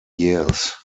years